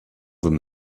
them